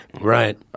Right